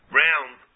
round